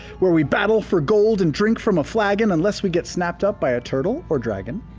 where we battle for gold and drink from a flagon, unless we get snapped up by a turtle or dragon.